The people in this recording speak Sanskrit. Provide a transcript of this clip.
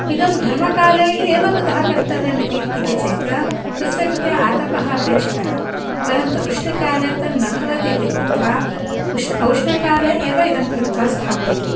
इदं घर्मकाले एव कुतः कर्तव्यम् इति इति चेत् तस्य कृते आतपः अपेक्षितः परन्तु वृष्टिकाले तन्न भवतीति कृत्वा उष्ण औष्ण्यकाले एव इदं कृत्वा स्थाप्यते